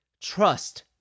trust